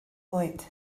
bwyd